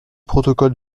protocole